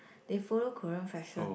they follow Korean fashion